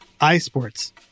I-sports